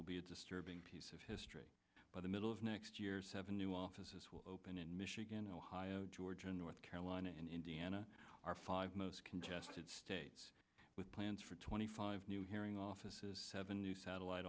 will be a disturbing piece of history by the middle of next year seven new offices will open in michigan ohio georgia north carolina and indiana our five most contested states with plans for twenty five new hearing offices seven new satellite